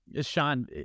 Sean